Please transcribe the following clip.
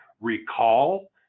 recall